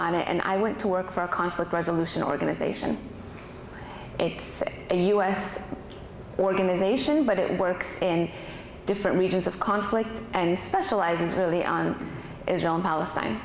on it and i went to work for a conflict resolution organization it's a u s organization but it works in different regions of conflict and specializes really on israel and palestine